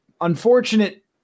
unfortunate